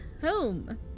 home